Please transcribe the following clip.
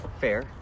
fair